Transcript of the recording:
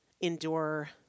endure